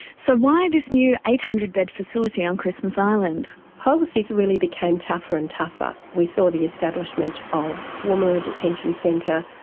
so why this new eight hundred bed facility on christmas island? policies really became tougher and tougher. we saw the establishment of woomera detention centre,